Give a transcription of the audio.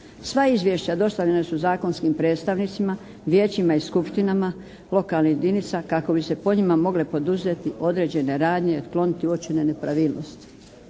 Sva izvješća dostavljena su zakonskim predstavnicima, vijećima i skupštinama lokalnih jedinica kako bi se po njima mogle poduzeti određene radnje i otkloniti uočene nepravilnosti.